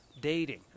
dating